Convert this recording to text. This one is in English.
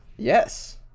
Yes